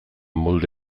molde